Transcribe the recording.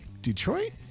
Detroit